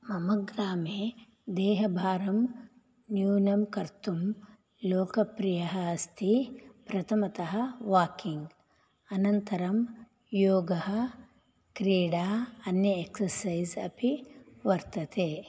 मम ग्रामे देहभारं न्यूनं कर्तुं लोकप्रियः अस्ति प्रथमतः वाकिङ्ग् अनन्तरं योगः क्रीडा अन्य एक्ससैज् अपि वर्तते